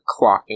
clocking